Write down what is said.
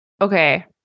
Okay